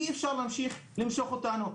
אי אפשר להמשיך למשוך אותנו.